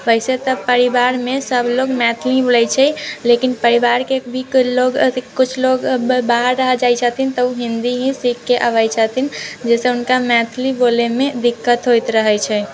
वैसे तऽ परिवारमे सभ लोक मैथिली बोलै छै लेकिन परिवारके भी लोक कुछ लोक बाहर रह जाइ छथिन तऽ ओ हिन्दी ही सीखके अबै छथिन जेहि से हुनका मैथिली बोलैमे दिक्कत होइत रहै छै